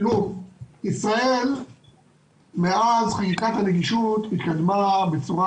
בישראל מאז שהיא קמה יש התקדמות גדולה